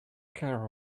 care